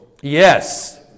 Yes